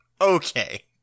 Okay